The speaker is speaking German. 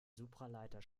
supraleiter